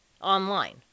Online